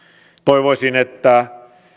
toivoisin että